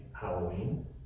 Halloween